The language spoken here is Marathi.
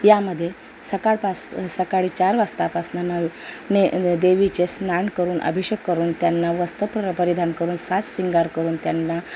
यामध्ये सकाळपास सकाळी चार वाजतापासनं न ने देवीचे स्नान करून अभिषेक करून त्यांना वस्त्र पर परिधान करून साजशृंगार करून त्यांना